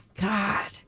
God